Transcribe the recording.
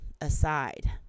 aside